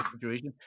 situation